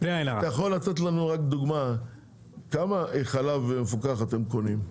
אתה יכול לתת לנו רק דוגמה כמה חלב מפוקח אתם קונים בשבוע?